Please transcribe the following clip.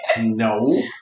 No